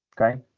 Okay